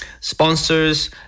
sponsors